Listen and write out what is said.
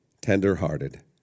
tender-hearted